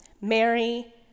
Mary